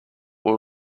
were